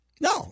No